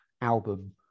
album